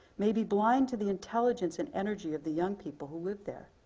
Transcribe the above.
may be blind to the intelligence and energy of the young people who live there.